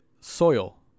soil